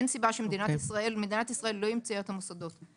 מדינת ישראל לא המציאה את המוסדות,